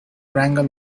wrangle